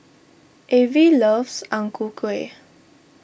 Avie loves Ang Ku Kueh